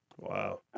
Wow